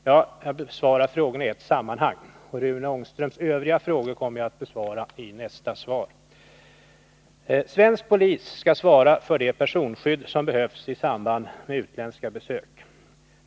Jag besvarar frågorna i ett sammanhang. Rune Ångströms övriga frågor kommer jag att svara på i nästa svar. Svensk polis skall svara för det personskydd som behövs i samband med utländska besök.